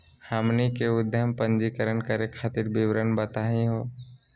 हमनी के उद्यम पंजीकरण करे खातीर विवरण बताही हो?